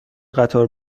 قطار